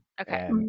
Okay